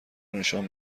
نشان